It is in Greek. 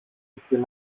εσύ